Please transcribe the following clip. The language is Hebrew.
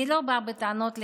אני לא באה בטענות לחרדים,